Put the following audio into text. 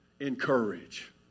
encourage